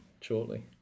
shortly